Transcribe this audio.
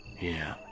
Yeah